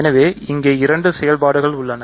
எனவே இங்கே இரண்டு செயல்பாடுகள் உள்ளன